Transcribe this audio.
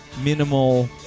Minimal